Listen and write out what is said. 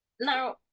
Now